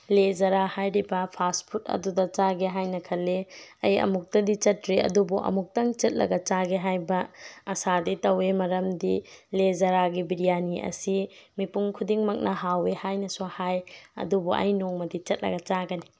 ꯂꯦ ꯖꯔꯥ ꯍꯥꯏꯔꯤꯕ ꯐꯥꯁ ꯐꯨꯠ ꯑꯗꯨꯗ ꯆꯥꯒꯦ ꯍꯥꯏꯅ ꯈꯜꯂꯤ ꯑꯩ ꯑꯃꯨꯛꯇꯗꯤ ꯆꯠꯇ꯭ꯔꯤ ꯑꯗꯨꯕꯨ ꯑꯃꯨꯛꯇꯪ ꯆꯠꯂꯒ ꯆꯥꯒꯦ ꯍꯥꯏꯕ ꯑꯁꯥꯗꯤ ꯇꯧꯋꯦ ꯃꯔꯝꯗꯤ ꯂꯦ ꯖꯔꯥꯒꯤ ꯕꯤꯔꯌꯥꯅꯤ ꯑꯁꯤ ꯃꯤꯄꯨꯝ ꯈꯨꯗꯤꯡꯃꯛꯅ ꯍꯥꯎꯋꯦ ꯍꯥꯏꯅꯁꯨ ꯍꯥꯏ ꯑꯗꯨꯕꯨ ꯑꯩ ꯅꯣꯡꯃꯗꯤ ꯆꯠꯂꯒ ꯆꯥꯒꯅꯤ